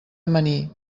amanir